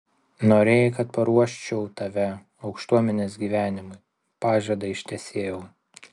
norėjai kad paruoščiau tave aukštuomenės gyvenimui pažadą ištesėjau